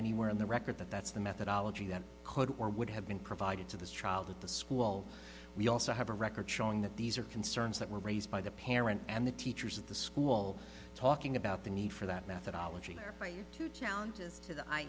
anywhere in the record that that's the methodology that could or would have been provided to this child at the school we also have a record showing that these are concerns that were raised by the parent and the teachers of the school talking about the need for that methodology their right to challenges to the i